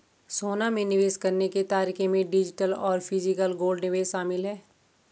सोना में निवेश करने के तरीके में डिजिटल और फिजिकल गोल्ड निवेश शामिल है